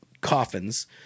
coffins